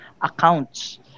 accounts